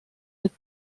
mit